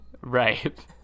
Right